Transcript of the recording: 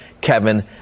kevin